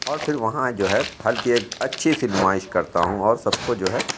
اور پھر وہاں جو ہے پھل کی ایک اچھی سی نمائش کرتا ہوں اور سب کو جو ہے